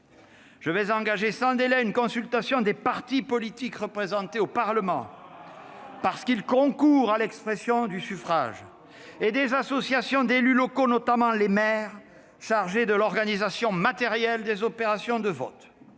je vais engager sans délai une consultation des partis politiques représentés au Parlement, parce qu'ils concourent à l'expression du suffrage, et des associations d'élus locaux, notamment les maires, chargés de l'organisation matérielle des opérations de vote.